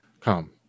come